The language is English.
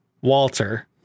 Walter